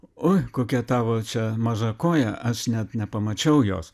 oi kokia tavo čia maža koja aš net nepamačiau jos